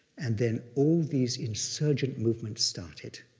and then all these insurgent movements started.